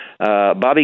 Bobby